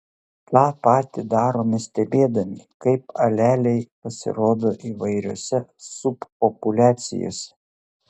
tą patį darome stebėdami kaip aleliai pasirodo įvairiose subpopuliacijose